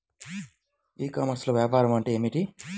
ఈ కామర్స్లో వ్యాపారం అంటే ఏమిటి?